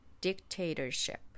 dictatorship